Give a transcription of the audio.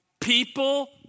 People